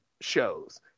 shows